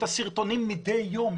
את הסרטונים מדי יום,